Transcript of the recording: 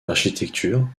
l’architecture